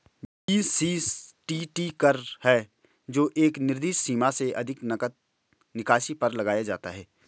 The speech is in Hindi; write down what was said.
बी.सी.टी.टी कर है जो एक निर्दिष्ट सीमा से अधिक नकद निकासी पर लगाया जाता है